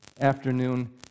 afternoon